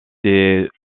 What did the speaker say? des